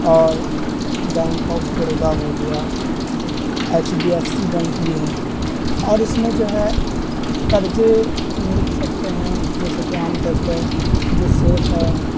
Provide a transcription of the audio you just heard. اور bank of Baroda ہو گیا H D F C bank بھی ہے اور اس میں جو ہے قرضے مل سکتے ہیں جیسے کہ عام طور پہ جو سیف ہے